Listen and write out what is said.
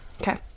okay